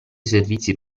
servizi